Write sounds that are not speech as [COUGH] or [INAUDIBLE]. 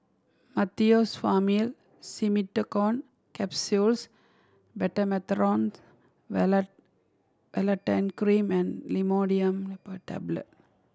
Meteospasmyl Simeticone Capsules Betamethasone [UNINTELLIGIBLE] Cream and Imodium Tablet